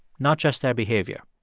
not just their behavior.